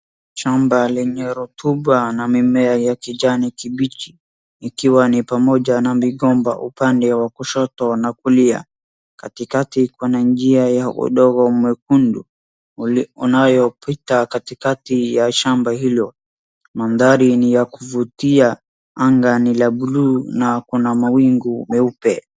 Shamba lenye rotuba na mimea ya kijani kibichi ikiwa ni pamoja na migomba upande wa kushoto na kulia. Katikati kuna njia ya udongo mwekundu unayo pita katikati ya shamba hilo. Mandhari ni ya kuvutia anga ni la blue na kuna mawingu meupe.